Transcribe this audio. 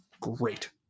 great